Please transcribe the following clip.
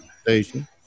station